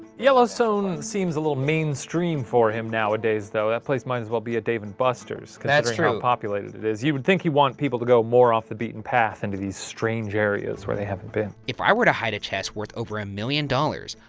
yellowstone seems a little mainstream for him nowadays though. that place might as well be a dave and busters considering how that's true. populated it is. you would think he'd want people to go more off the beaten path into these strange areas where they haven't been. if i were to hide a chest worth over a million dollars,